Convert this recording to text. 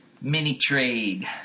mini-trade